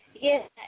Yes